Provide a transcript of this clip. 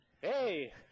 Hey